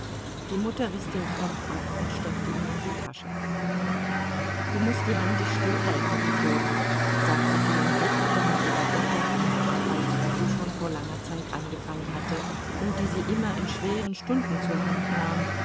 die mutter riß den knopf ab und steckte ihn in die tasche du mußt die hände still halten grigori sagte sie und griff wieder nach ihrer decke einer arbeit die sie schon vor langer zeit angefangen hatte und die sie immer in schweren stunden zur hand nahm